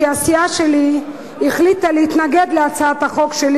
כי הסיעה שלי החליטה להתנגד להצעת החוק שלי